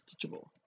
teachable